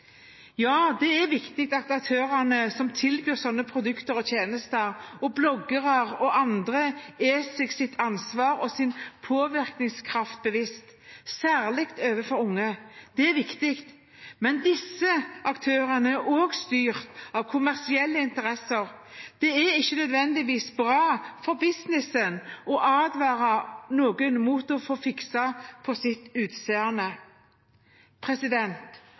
Ja, det er viktig at aktørene som tilbyr slike produkter og tjenester, og bloggere og andre, er seg sitt ansvar og sin påvirkningskraft bevisst, særlig overfor unge. Det er viktig. Men disse aktørene er også styrt av kommersielle interesser. Det er ikke nødvendigvis bra for businessen å advare noen mot å få fikset på sitt utseende.